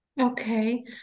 okay